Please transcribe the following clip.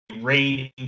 rain